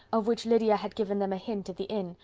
of which lydia had given them a hint at the inn,